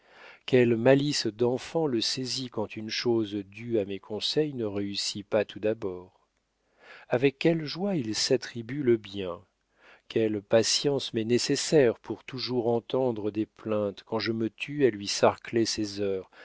quelle malice d'enfant le saisit quand une chose due à mes conseils ne réussit pas tout d'abord avec quelle joie il s'attribue le bien quelle patience m'est nécessaire pour toujours entendre des plaintes quand je me tue à lui sarcler ses heures